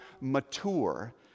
mature